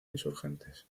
insurgentes